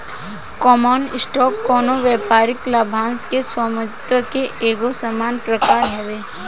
common stock कवनो व्यापारिक लाभांश के स्वामित्व के एगो सामान्य प्रकार हवे